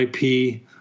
IP